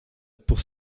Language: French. pour